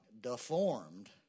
deformed